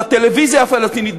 בטלוויזיה הפלסטינית,